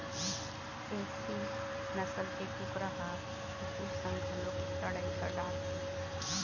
एसील नसल के कुकरा ह कुकुर संग घलोक लड़ई कर डारथे